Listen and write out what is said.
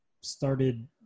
started